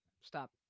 stop